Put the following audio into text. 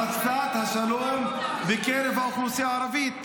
הפצת השלום בקרב האוכלוסייה הערבית.